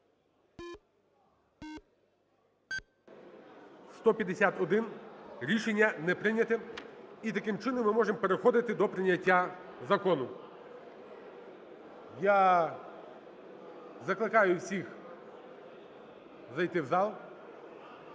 За-151 Рішення не прийнято. І таким чином ми можемо переходити до прийняття закону. Я закликаю всіх зайти у зал,